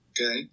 okay